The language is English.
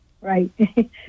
Right